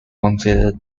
consider